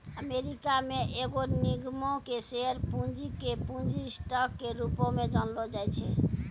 America मे एगो निगमो के शेयर पूंजी के पूंजी स्टॉक के रूपो मे जानलो जाय छै